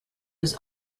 was